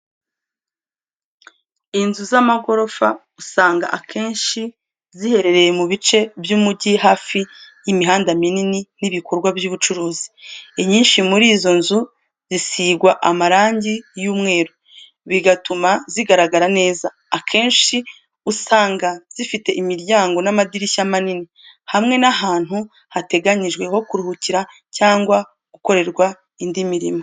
Inzu z’amagorofa, usanga akenshi ziherereye mu bice by'umujyi, hafi y'imihanda minini n'ibikorwa by'ubucuruzi. Inyinshi muri izo nzu zisigwa amarangi y'umweru, bigatuma zigaragara neza. Akenshi usanga zifite imiryango n'amadirishya manini, hamwe n'ahantu hateganyijwe ho kuruhukira cyangwa gukorerwa indi mirimo.